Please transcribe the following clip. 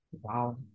Wow